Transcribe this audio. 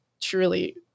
truly